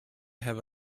have